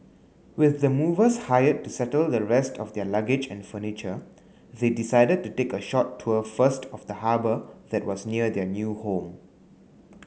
with the movers hired to settle the rest of their luggage and furniture they decided to take a short tour first of the harbour that was near their new home